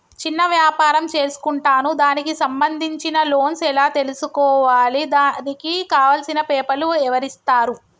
చిన్న వ్యాపారం చేసుకుంటాను దానికి సంబంధించిన లోన్స్ ఎలా తెలుసుకోవాలి దానికి కావాల్సిన పేపర్లు ఎవరిస్తారు?